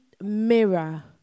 mirror